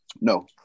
No